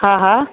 हा हा